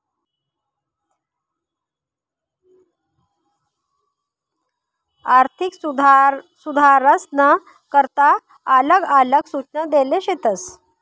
आर्थिक सुधारसना करता आलग आलग सूचना देल शेतस